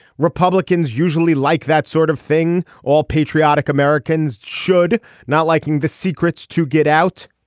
republicans usually like that sort of thing. all patriotic americans should not liking the secrets to get out.